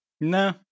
No